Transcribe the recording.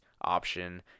option